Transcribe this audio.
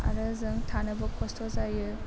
आरो जों थानोबो खस्त' जायो